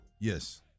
Yes